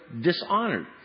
dishonored